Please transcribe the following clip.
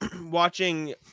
watching